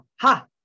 ha